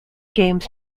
games